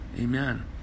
Amen